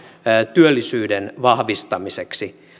työllisyyden vahvistamiseksi